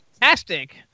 Fantastic